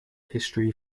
history